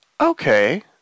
Okay